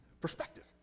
Perspective